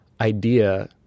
idea